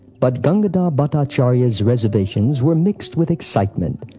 but gangadhar bhattacharya's reservations were mixed with excitement,